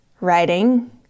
writing